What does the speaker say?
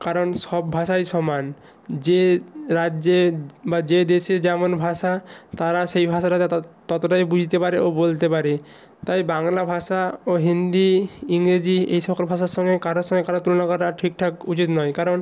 কারণ সব ভাষাই সমান যে রাজ্যে বা যে দেশে যেমন ভাষা তারা সেই ভাষা ততটাই বুঝতে পারে ও বলতে পারে তাই বাংলা ভাষা ও হিন্দি ইংরেজি এই সকল ভাষার সঙ্গে কারো সঙ্গে কারো তুলনা করা ঠিকঠাক উচিত নয় কারণ